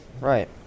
Right